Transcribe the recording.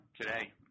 today